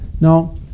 Now